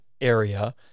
area